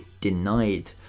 denied